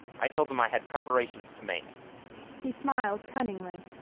i told him i had preparations to make he smiles cunningly.